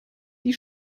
die